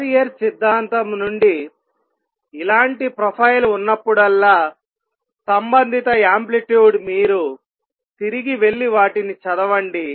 Fourier సిద్ధాంతం నుండి ఇలాంటి ప్రొఫైల్ ఉన్నప్పుడల్లా సంబంధిత ఆంప్లిట్యూడ్ మీరు తిరిగి వెళ్లి వాటిని చదవండి